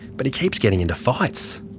but he keeps getting into fights.